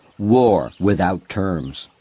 war without terms.